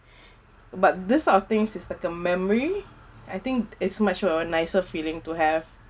but this sort of things is like a memory I think it's much more of a nicer feeling to have